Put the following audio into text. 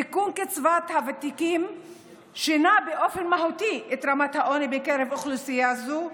תיקון קצבת הוותיקים שינה באופן מהותי את רמת העוני בקרב אוכלוסייה זו,